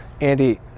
Andy